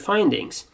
Findings